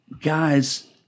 guys